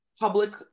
public